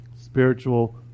spiritual